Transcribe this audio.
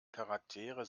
charaktere